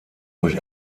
durch